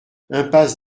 impasse